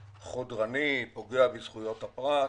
חודרני, פוגע בזכויות הפרט.